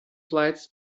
flights